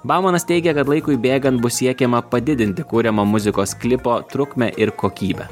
baumanas teigia kad laikui bėgant bus siekiama padidinti kuriamą muzikos klipo trukmę ir kokybę